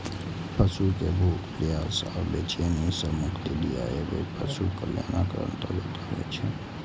पशु कें भूख, प्यास आ बेचैनी सं मुक्ति दियाएब पशु कल्याणक अंतर्गत आबै छै